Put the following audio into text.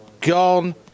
gone